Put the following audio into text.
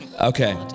Okay